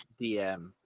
DM